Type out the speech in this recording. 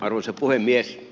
arvoisa puhemies